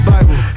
Bible